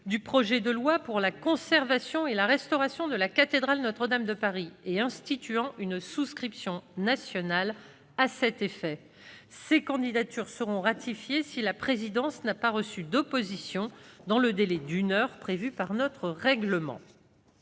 du projet de loi pour la conservation et la restauration de la cathédrale Notre-Dame de Paris et instituant une souscription nationale à cet effet. Ces candidatures seront ratifiées si la présidence n'a pas reçu d'opposition dans le délai d'une heure prévu par notre règlement.